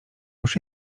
już